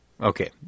Okay